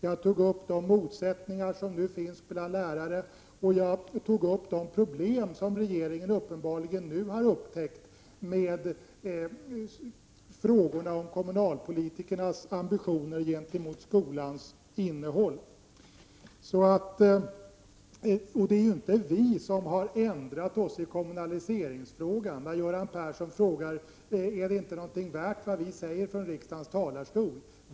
Jag tog upp de motsättningar som nu finns bland lärare och jag tog upp de problem som regeringen nu uppenbarligen har upptäckt med kommunalpolitikernas ambitioner gentemot skolans innehåll. Det är inte vi i folkpartiet som har ändrat oss i kommunaliseringsfrågan. Göran Persson undrade om det inte varit något värt det som sagts från riksdagens talarstol.